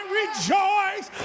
rejoice